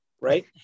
right